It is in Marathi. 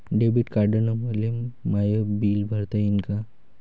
डेबिट कार्डानं मले माय बिल भरता येईन का?